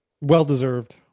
Well-deserved